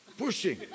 pushing